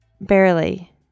barely